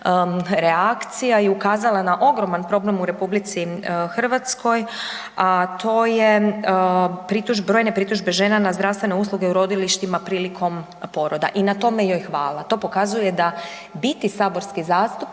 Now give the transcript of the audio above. reakcija i ukazala na ogroman problem u RH, a to je pritužbe, brojne pritužbe žena na zdravstvene usluge u rodilištima prilikom poroda. I na tome joj hvala. To pokazuje da biti saborski zastupnik